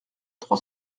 trois